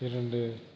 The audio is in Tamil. இரண்டு